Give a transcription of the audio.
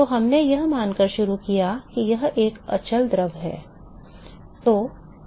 तो हमने यह मानकर शुरू किया कि यह एक अचल द्रव है